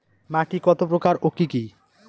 মাটি কত প্রকার ও কি কি?